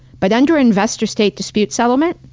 but under investor-state dispute settlement,